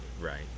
Right